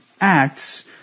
acts